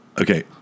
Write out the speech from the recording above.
Okay